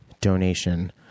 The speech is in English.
donation